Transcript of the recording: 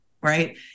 right